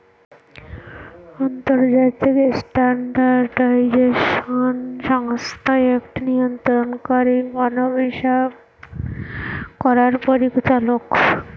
আন্তর্জাতিক স্ট্যান্ডার্ডাইজেশন সংস্থা একটি নিয়ন্ত্রণকারী মান হিসাব করার পরিচালক